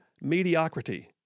mediocrity